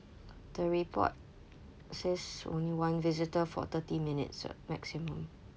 the report says only one visitor for thirty minutes uh maximum